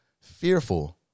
fearful